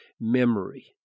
memory